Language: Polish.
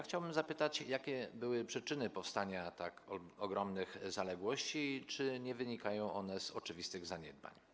Chciałbym zapytać, jakie były przyczyny powstania tak ogromnych zaległości i czy nie wynikają one z oczywistych zaniedbań.